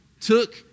took